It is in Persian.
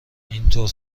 اینطور